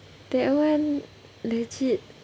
that one legit